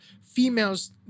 females